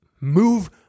move